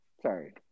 Sorry